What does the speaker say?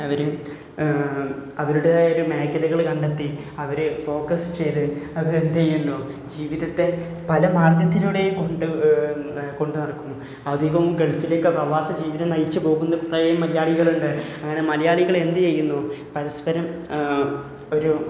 അവർ അവരുടേതായ ഒരു മേഖലകൾ കണ്ടെത്തി അവർ ഫോക്കസ് ചെയ്ത് അവർ എന്ത് ചെയ്യുന്നു ജീവിതത്തെ പല മാർഗ്ഗത്തിലൂടെയും കൊണ്ട് കൊണ്ട് നടക്കുന്നു അധികവും ഗൾഫിലേക്ക് പ്രവാസ ജീവിതം നയിച്ച് പോകുന്ന ഇത്രയും മലയാളികളുണ്ട് അങ്ങനെ മലയാളികൾ എന്ത് ചെയ്യുന്നു പരസ്പരം ഒരു